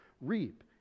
reap